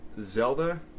Zelda